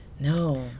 No